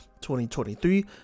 2023